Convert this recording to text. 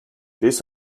this